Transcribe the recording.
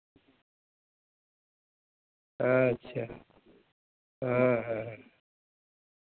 ᱟᱪᱪᱷᱟ ᱦᱮᱸ ᱦᱮᱸ ᱦᱮᱸ